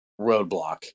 roadblock